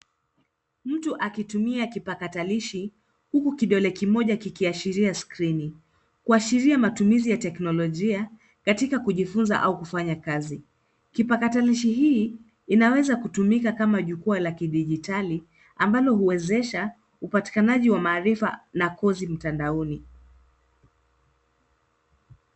Mtu akitumia kipakatalishi huku kidole kimoja kikiashiria skrini kuashiria matumizi ya teknolojia, katika kujifunza au kufanya kazi. Kipakatalishi hii inaweza kutumika kama jukwaa la kidijitali ambalo huwezesha upatikanaji wa maarifa na kozi mtandaoni.